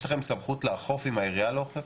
יש לכם סמכות לאכוף אם העיריה לא אוכפת?